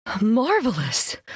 Marvelous